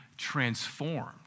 transformed